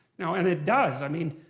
and it does, i mean,